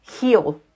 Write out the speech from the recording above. heal